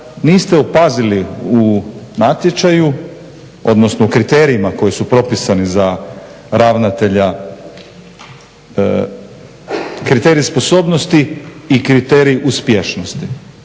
niste opazili u natječaju, odnosno u kriterijima koji su propisani za ravnatelja, kriteriji sposobnosti i kriteriji uspješnosti.